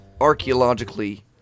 archaeologically